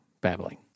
babbling